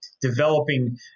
developing